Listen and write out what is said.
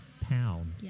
pound